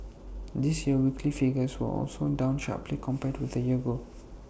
this year's weekly figures were also down sharply compared with A year ago